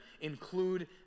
include